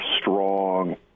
strong